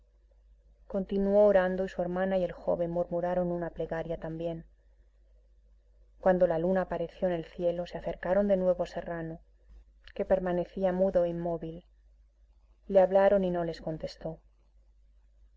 continuó orando y su hermana y el joven murmuraron una plegaria también cuando la luna apareció en el cielo se acercaron de nuevo a serrano que permanecía mudo e inmóvil le hablaron y no les contestó